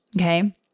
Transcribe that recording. Okay